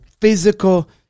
physical